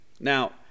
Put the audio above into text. Now